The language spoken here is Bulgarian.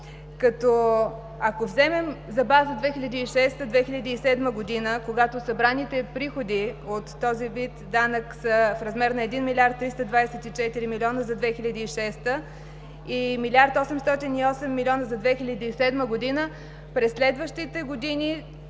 ако вземем за база 2006 – 2007 г., когато събраните приходи от този вид данък за в размер на 1 млрд. 324 млн. за 2006 г. и 1 млрд. 808 млн. за 2007 г., през следващите години